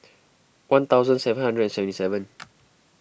one thousand seven hundred and seventy seven